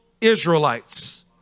Israelites